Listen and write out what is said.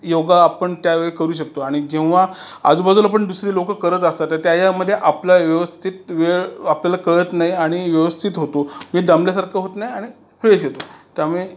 योगा आपण त्यावेळी करू शकतो आणि जेव्हा आजूबाजूला पण दुसरे लोक करत असतात तर त्याच्यामध्ये आपला व्यवस्थित वेळ आपल्याला कळत नाही आणि व्यवस्थित होतो म्हणजे दमल्यासारखं होत नाही आणि फ्रेश होतो त्यामुळे